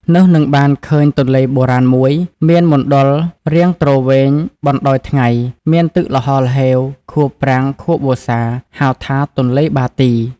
នោះនឹងបានឃើញទនេ្លបុរាណមួយ មានមណ្ឌលរាងទ្រវែងបណ្តោយថៃ្ង មានទឹកល្ហហ្ហេវ ខួបប្រាំងខួបវស្សា ហៅថា ទនេ្លបាទី។